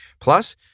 Plus